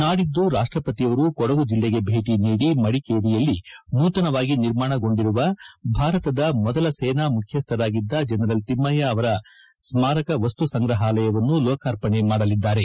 ನಾಡಿದ್ದು ರಾಷ್ಲಪತಿಯವರು ಕೊಡಗು ಜಿಲ್ಲೆಗೆ ಭೇಟಿ ನೀಡಿ ಮಡಿಕೇರಿಯಲ್ಲಿ ನೂತನವಾಗಿ ನಿರ್ಮಾಣಗೊಂಡಿರುವ ಭಾರತದ ಮೊದಲ ಸೇನಾ ಮುಖ್ಯಸ್ಥಾಗಿದ್ದ ಜನರಲ್ ತಿಮ್ನಯ್ಯ ಅವರ ಸ್ಪಾರಕ ವಸ್ತು ಸಂಗ್ರಹಾಲಯವನ್ನು ಲೋಕಾರ್ಪಣೆ ಮಾಡಲಿದ್ದಾರೆ